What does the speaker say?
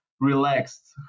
Relaxed